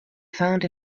found